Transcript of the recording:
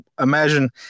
imagine